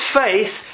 faith